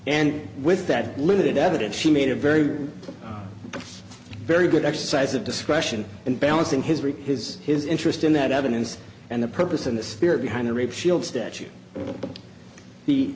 and with that limited evidence she made a very very good exercise of discretion and balancing his very his his interest in that evidence and the purpose and the spirit behind the rape shield statute the